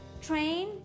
train